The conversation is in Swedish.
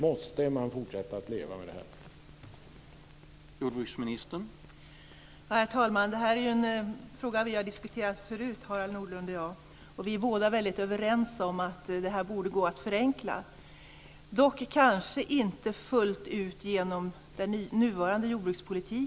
Måste man fortsätta att leva med det här?